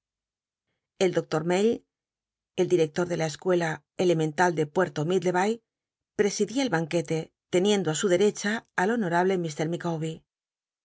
el doctor mell el ditector de la escuela elemental de puerto middlebay presidia el banquete teniendo á su derecha al bonomble